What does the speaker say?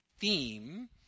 theme